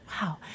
wow